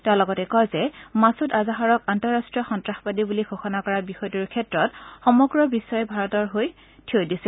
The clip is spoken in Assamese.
তেওঁ লগতে কয় যে মাছূদ আজহাৰক আন্তঃৰাষ্ট্ৰীয় সন্তাসবাদী বুলি ঘোষণা কৰা বিষয়টোৰ ক্ষেত্ৰত সমগ্ৰ বিয়ই ভাৰতৰ সৈতে থিয় দিছে